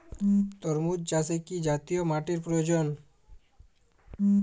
তরমুজ চাষে কি জাতীয় মাটির প্রয়োজন?